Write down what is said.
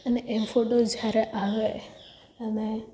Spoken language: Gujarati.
અને એ ફોટોસ જ્યારે આવે અને